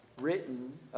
written